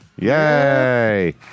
yay